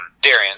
Darian